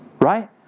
right